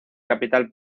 capital